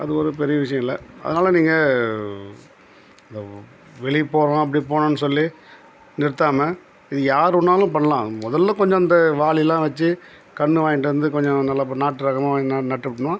அது ஒரு பெரிய விஷயம் இல்லை அதனால் நீங்கள் இந்த வெளியே போகிறோம் அப்படி போகணுன்னு சொல்லி நிறுத்தாமல் இது யார் வேணுணாலும் பண்ணலாம் முதல்ல கொஞ்சம் அந்த வாலிலாம் வச்சி கன்னை வாங்கிட்டு வந்து கொஞ்சம் நல்லா இப்போ நாட்டு ரகமா வாங்கிட்டு வந்து நட்டுவிட்டுணும்